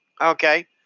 Okay